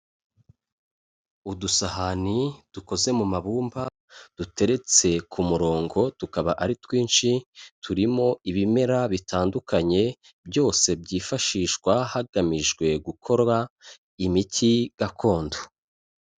Udusahani dukoze mu mabumba duteretse ku murongo tukaba ari twinshi, turimo ibimera bitandukanye byose byifashishwa hagamijwe gukorwa imiti gakondo.